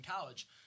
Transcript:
college